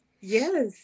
Yes